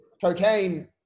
cocaine